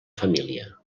família